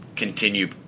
continue